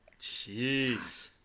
Jeez